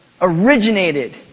originated